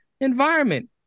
environment